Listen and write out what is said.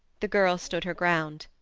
the girl stood her ground.